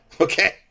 Okay